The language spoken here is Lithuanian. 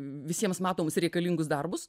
visiems matomus reikalingus darbus